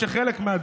עכשיו,